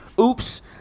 oops